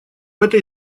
этой